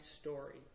story